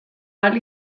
ahal